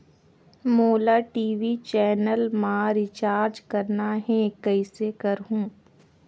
मोला TV channel मा recharge करना हे, कइसे करहुँ?